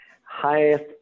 highest